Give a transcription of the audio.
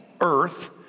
earth